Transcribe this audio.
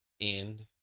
end